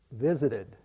visited